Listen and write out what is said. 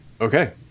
okay